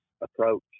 approach